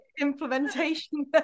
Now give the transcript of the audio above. implementation